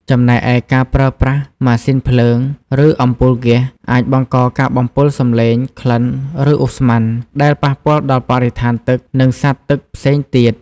ចំណែកឯ ការប្រើប្រាស់ម៉ាស៊ីនភ្លើង ឬអំពូលហ្គាស អាចបង្កការបំពុលសំឡេង ក្លិន ឬឧស្ម័ន ដែលប៉ះពាល់ដល់បរិស្ថានទឹក និងសត្វទឹកផ្សេងទៀត។